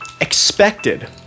expected